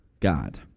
God